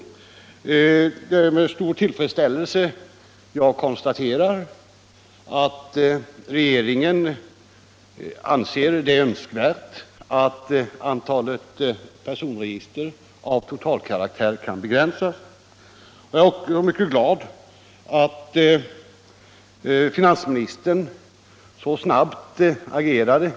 Jag konstaterar med stor tillfredsställelse att regeringen anser det önskvärt att antalet personregister av totalkaraktär begränsas. Jag är också glad för att finansministern agerat så snabbt i denna fråga.